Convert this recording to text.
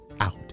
out